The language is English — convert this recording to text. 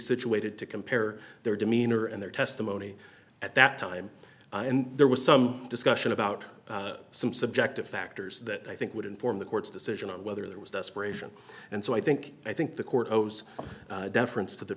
situated to compare their demeanor and their testimony at that time and there was some discussion about some subjective factors that i think would inform the court's decision on whether there was desperation and so i think i think the court knows deference to the